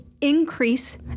increase